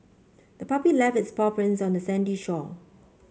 the puppy left its paw prints on the sandy shore